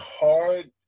hard